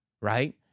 right